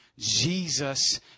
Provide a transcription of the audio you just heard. Jesus